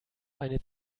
eine